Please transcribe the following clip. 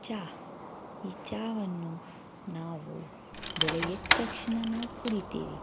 ಚಹ ಈ ಚಹವನ್ನು ನಾವು ಬೆಳಿಗ್ಗೆ ಎದ್ದ ತಕ್ಷಣ ನಾವು ಕುಡಿತೀವಿ